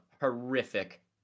horrific